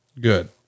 Good